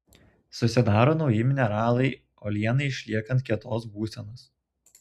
susidaro nauji mineralai uolienai išliekant kietos būsenos